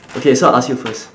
okay so I ask you first